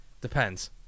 Depends